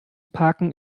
parken